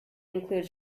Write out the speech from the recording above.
include